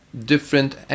different